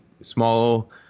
small